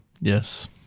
Yes